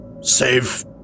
Save